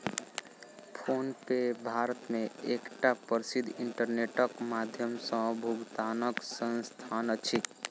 PhonePe Bharat मे एकटा प्रसिद्ध इंटरनेटक माध्यम सॅ भुगतानक संस्थान अछि